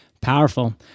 Powerful